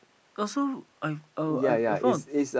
also I uh I I found